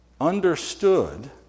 understood